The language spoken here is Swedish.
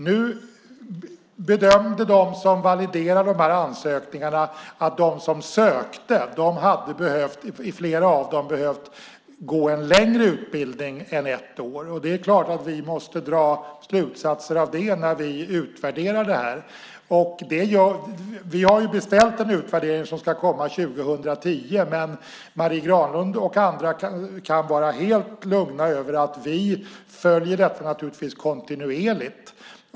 Nu bedömde de som validerade ansökningarna att flera av dem som sökte hade behövt gå en längre utbildning än ett år. Det är klart att vi måste dra slutsatser av det när vi utvärderar det. Vi har beställt en utvärdering som ska komma år 2010. Men Marie Granlund och andra kan vara helt lugna över att vi följer detta kontinuerligt.